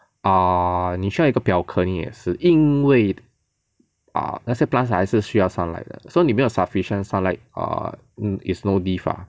err 你需要一个 balcony 也是因为 err 那些 plants 还是需要 sunlight 的 so 你没有 sufficient sunlight err is no difference lah